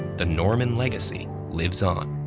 the norman legacy lives on.